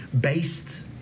based